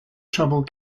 trouble